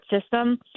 system